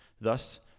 Thus